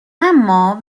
اما